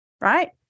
right